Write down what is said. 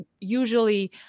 usually